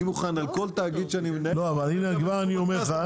אני מוכן על כל תאגיד שאני מנהל לקבל --- לא אבל הנה כבר אני אומר לך,